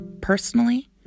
personally